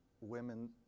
women